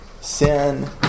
sin